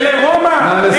ולרומא,